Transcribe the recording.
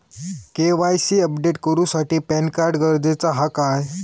KYC update करूसाठी PAN card गरजेचा हा काय?